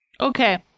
Okay